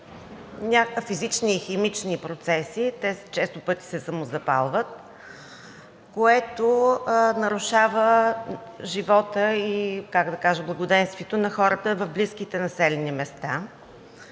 Поради физични и химични процеси те често пъти се самозапалват, което нарушава живота и благоденствието на хората в близките населени места.